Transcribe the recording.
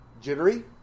jittery